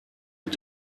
mit